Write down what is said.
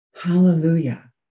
hallelujah